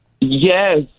Yes